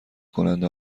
کننده